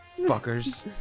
Fuckers